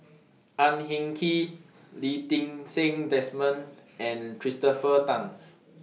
Ang Hin Kee Lee Ti Seng Desmond and Christopher Tan